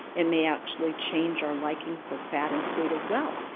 and may actually change our liking for fat and sweet as well.